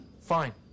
Fine